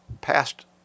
past